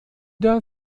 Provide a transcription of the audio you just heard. der